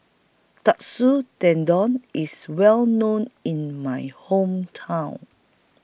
Katsu Tendon IS Well known in My Hometown